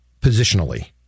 positionally